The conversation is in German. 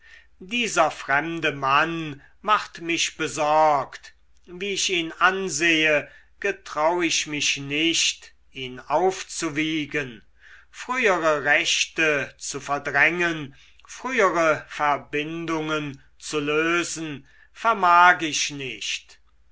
dieser fremde mann macht mich besorgt wie ich ihn ansehe getrau ich mich nicht ihn aufzuwiegen frühere rechte zu verdrängen frühere verbindungen zu lösen vermag ich nicht